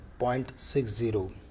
0.60